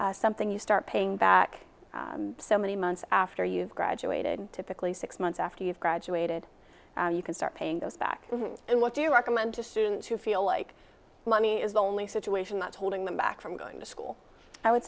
is something you start paying back so many months after you've graduated typically six months after you've graduated you can start paying those back and what do you recommend to students who feel like money is the only situation that's holding them back from going to school i would